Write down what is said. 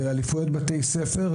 זה אליפויות בתי-ספר,